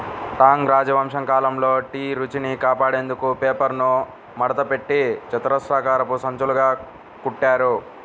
Tang రాజవంశం కాలంలో tea రుచిని కాపాడేందుకు పేపర్ను మడతపెట్టి చతురస్రాకారపు సంచులుగా కుట్టారు